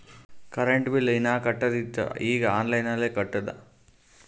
current bill ಹೀನಾ ಕಟ್ಟದು ಇತ್ತು ಈಗ ಆನ್ಲೈನ್ಲೆ ಕಟ್ಟುದ